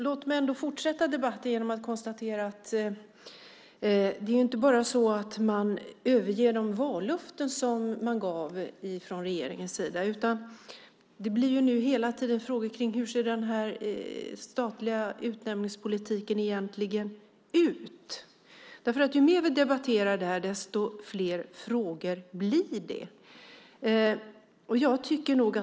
Låt mig ändå fortsätta debatten genom att konstatera att det inte bara är så att man överger de vallöften som man gav från regeringens sida, utan det blir nu hela tiden frågor kring hur den här statliga utnämningspolitiken egentligen ser ut. För ju mer vi debatterar detta desto fler frågor blir det.